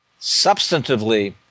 substantively